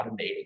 automating